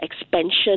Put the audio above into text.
expansion